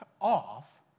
off